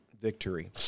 victory